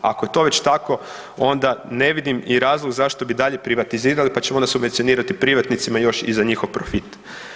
Ako je to već tako onda ne vidim i razlog zašto bi dalje privatizirali pa ćemo onda subvencionirati privatnicima još i za njihov profit.